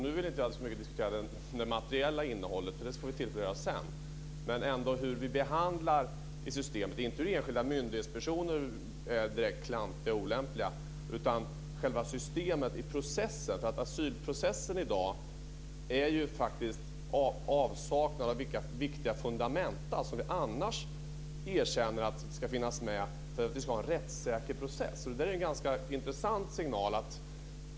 Nu vill jag inte så mycket diskutera det materiella innehållet, för det får vi tillfälle att göra sedan. Jag vill inte ta upp hur enskilda myndighetspersoner är direkt klantiga och olämpliga, men jag vill ändå ta upp själva systemet och processen. Asylprocessen i dag är ju faktiskt i avsaknad av viktiga fundament som vi annars erkänner ska finnas med för att en process ska vara rättssäker. Det är en ganska intressant signal.